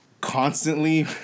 constantly